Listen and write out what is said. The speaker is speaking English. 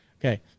Okay